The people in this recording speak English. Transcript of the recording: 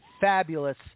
fabulous